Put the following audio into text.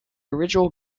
original